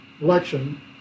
election